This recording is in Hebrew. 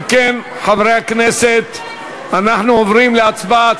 אם כן, חברי הכנסת, אנחנו עוברים להצבעה.